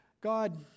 God